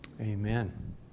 Amen